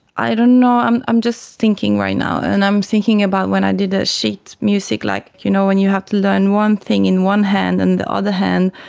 i don't know, i'm i'm just thinking right now and i'm thinking about when i did a sheet music, like, you know, when you have to learn one thing in one hand and the other hand,